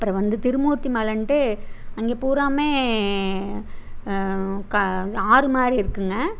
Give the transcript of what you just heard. அப்பறம் வந்து திருமூர்த்தி மலைன்ட்டு அங்கே பூராவும் ஆறு மாதிரி இருக்கும்ங்க